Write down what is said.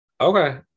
Okay